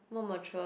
more mature